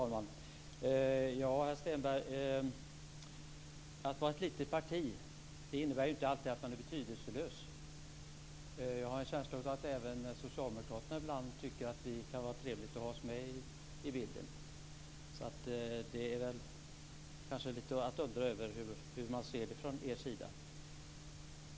Fru talman! Att vara ett litet parti innebär inte alltid att man är betydelselös. Jag har en känsla av att även socialdemokraterna ibland tycker att det kan vara trevligt att ha oss med i bilden. Man kan ju undra hur ni ser det från er sida.